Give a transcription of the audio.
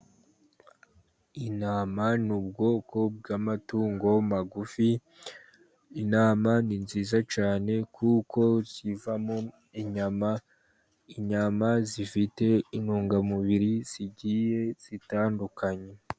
Intama ni ubwoko bw'amatungo magufi, intama ni nziza cyane kuko zivamo inyama, inyama zifite intungamubiri zigiye zitandukanye.